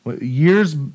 Years